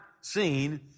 seen